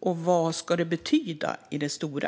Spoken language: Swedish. Och vad ska det betyda i det stora?